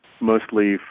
mostly